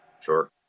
Sure